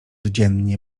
dziennie